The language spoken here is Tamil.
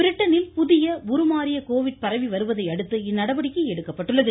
பிரிட்டனில் புதிய உருமாறிய கோவிட் பரவி வருவதையடுத்து இந்நடவடிக்கை எடுக்கப்பட்டுள்ளது